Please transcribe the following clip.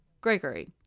Gregory